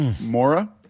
Mora